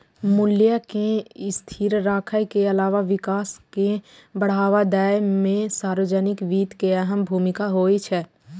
मूल्य कें स्थिर राखै के अलावा विकास कें बढ़ावा दै मे सार्वजनिक वित्त के अहम भूमिका होइ छै